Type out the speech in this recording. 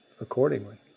accordingly